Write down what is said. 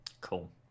Cool